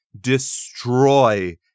destroy